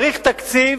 צריך תקציב